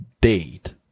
date